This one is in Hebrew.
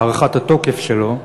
הארכת התוקף שלו,